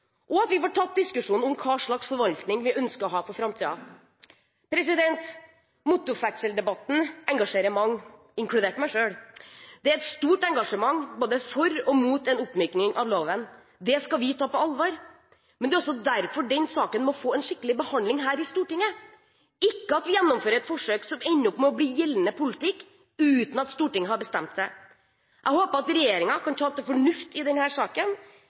skikkelig behandling og får tatt diskusjonen om hva slags forvaltning vi ønsker å ha i framtiden. Motorferdselsdebatten engasjerer mange, meg selv inkludert. Det er stort engasjement både for og mot en oppmyking av loven. Det skal vi ta på alvor. Men det er også derfor saken må få en skikkelig behandling her i Stortinget. Vi skal ikke gjennomføre et forsøk som ender opp med å bli gjeldende politikk, uten at Stortinget har bestemt det. Jeg håper at regjeringen kan ta til fornuft i denne saken,